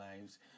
lives